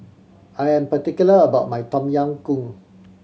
I am particular about my Tom Yam Goong